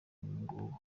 ngubu